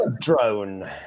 drone